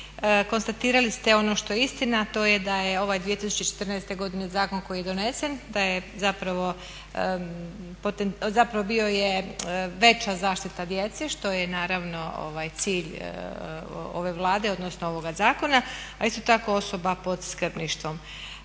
konstatirali ste ono što je istina, a to je da je ovaj 2014. godine zakon koji je donesen da je zapravo bio veća zaštita djece što je naravno cilj ove Vlade odnosno ovoga zakona, a isto tako osoba pod skrbništvom.